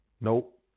nope